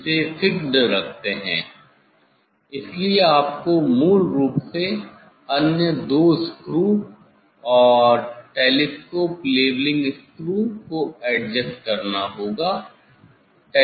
इसे फिक्स्ड रखते हैं इसलिए आपको मूल रूप से अन्य दो स्क्रू और टेलीस्कोप लेवलिंग स्क्रू को एडजस्ट करना होगा